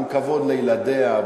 עם כבוד לילדיה,